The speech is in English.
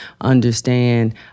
understand